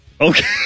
Okay